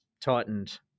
tightened